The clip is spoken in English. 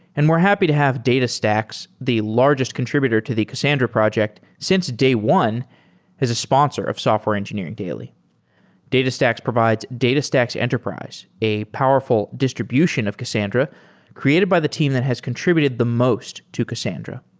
and we're happy to have datastax, the largest contributed to the cassandra project since day one as a sponsor of software engineering daily datastax provides datastax enterprise, a powerful distribution of cassandra created by the team that has contributed the most to cassandra.